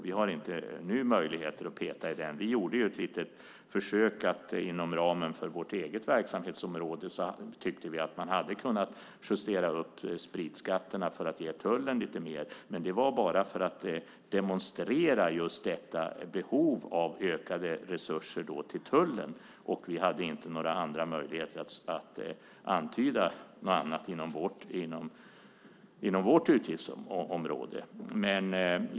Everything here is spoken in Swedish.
Vi har inte nu möjligheter att peta i den. Vi gjorde ett litet försök inom ramen för vårt eget verksamhetsområde. Vi tyckte att man hade kunnat justera upp spritskatterna för att ge tullen lite mer. Det var bara för att demonstrera detta behov av ökade resurser till tullen. Vi hade inte några andra möjligheter att antyda något annat inom vårt utgiftsområde.